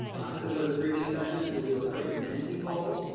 similar to the previous sessions, we'll do a quick menti poll,